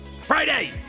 Friday